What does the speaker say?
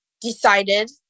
decided